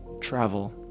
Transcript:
travel